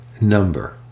number